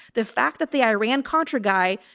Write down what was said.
the fact that the iran contra guy,